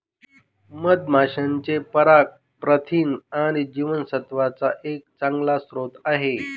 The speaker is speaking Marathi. मधमाशांचे पराग प्रथिन आणि जीवनसत्त्वांचा एक चांगला स्रोत आहे